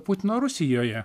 putino rusijoje